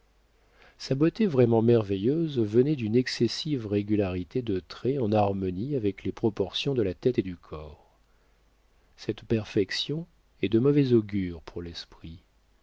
sa beauté vraiment merveilleuse venait d'une excessive régularité de traits en harmonie avec les proportions de la tête et du corps cette perfection est de mauvais augure pour l'esprit